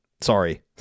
sorry